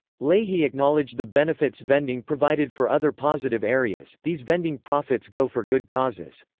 leahy acknowledged the benefits vending provided for other positive areas these vending profits go for good causes.